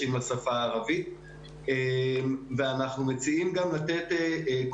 אנחנו ערים לגודל השעה,